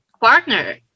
partner